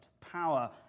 Power